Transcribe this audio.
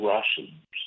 Russians